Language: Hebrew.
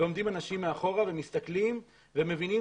ועומדים אנשים מאחורה ומסתכלים ומבינים